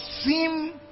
seem